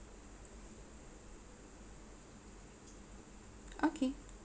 okay